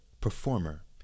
performer